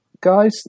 Guys